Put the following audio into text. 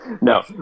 No